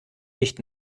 nicht